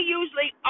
usually